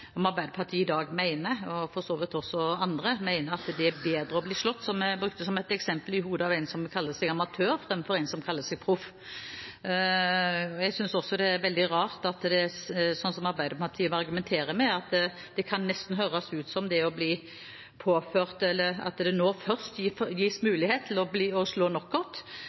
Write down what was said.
om det i dag er slik at Arbeiderpartiet – og for så vidt også andre – mener at det er bedre å bli slått i hodet av en som kaller seg amatør, enn av en som kaller seg proff, som jeg brukte som et eksempel. Jeg synes også det er veldig rart sånn som Arbeiderpartiet argumenterer. Det kan nesten høres ut som det først nå gis mulighet til å slå knockout. Som jeg har understreket, har knockoutforskriften fungert i mange år, dette har altså vært tillatt. Knockout betyr egentlig å